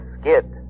skid